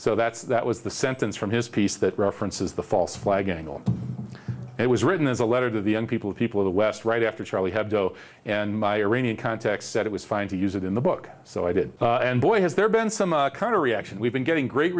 so that's that was the sentence from his piece that references the false flag angle it was written as a letter to the young people people of the west right after charlie hebdo and my arena context said it was fine to use it in the book so i did and boy has there been some kind of reaction we've been getting great